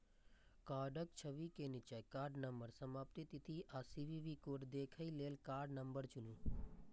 कार्डक छवि के निच्चा कार्ड नंबर, समाप्ति तिथि आ सी.वी.वी कोड देखै लेल कार्ड नंबर चुनू